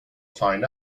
find